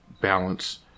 balance